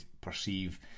perceive